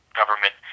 government